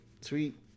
sweet